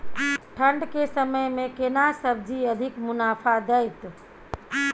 ठंढ के समय मे केना सब्जी अधिक मुनाफा दैत?